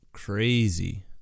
Crazy